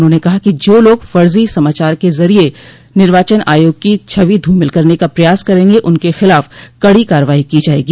उन्होंने कहा कि जो लोग फर्जी समाचार के जरिये निर्वाचन आयोग की छवि धूमिल करने का प्रयास करेंगे उनके खिलाफ कड़ी कार्रवाई की जाएगी